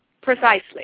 Precisely